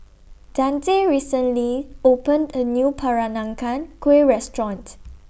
Dante recently opened A New Peranakan Kueh Restaurant